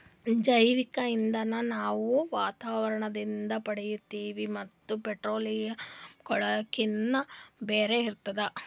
ಜೈವಿಕ್ ಇಂಧನ್ ನಾವ್ ವಾತಾವರಣದಿಂದ್ ಪಡ್ಕೋತೀವಿ ಮತ್ತ್ ಪೆಟ್ರೋಲಿಯಂ, ಕೂಳ್ಸಾಕಿನ್ನಾ ಬ್ಯಾರೆ ಇರ್ತದ